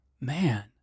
man